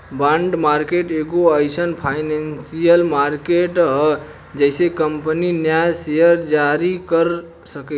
bond market एगो एईसन financial market ह जेइसे कंपनी न्या सेयर जारी कर सकेली